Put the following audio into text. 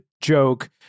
joke